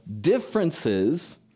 differences